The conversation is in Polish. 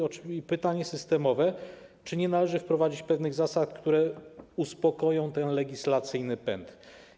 Pojawia się pytanie systemowe: Czy nie należy wprowadzić pewnych zasad, które uspokoją ten legislacyjny pęd?